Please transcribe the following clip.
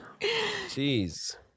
Jeez